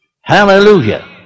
Hallelujah